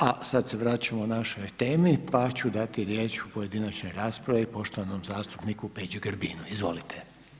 A sad se vraćamo našoj temi pa ću dati riječ pojedinačnoj raspravi poštovanom zastupniku Peđi Grbinu, izvolite.